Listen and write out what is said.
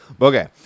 Okay